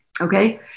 Okay